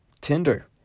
Tinder